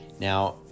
now